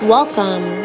Welcome